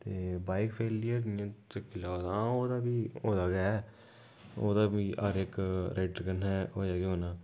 ते bike failure हां ओह्दा बी होऐ दा गै ओह्दा बी हर इक रेट कन्नै होएआ गै होना